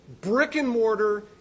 brick-and-mortar